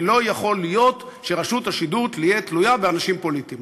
ולא יכול להיות שרשות השידור תהיה תלויה באנשים פוליטיים.